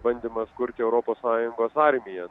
bandymas kurti europos sąjungos armiją